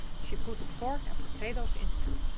she put the pork and potatoes in too.